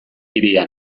hirian